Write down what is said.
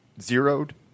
zeroed